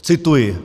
Cituji: